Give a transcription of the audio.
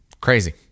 Crazy